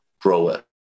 grower